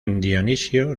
dionisio